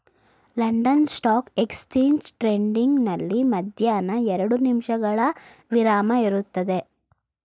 London stock exchange trading ನಲ್ಲಿ ಮಧ್ಯಾಹ್ನ ಎರಡು ನಿಮಿಷಗಳ ವಿರಾಮ ಇರುತ್ತದೆ